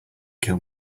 kill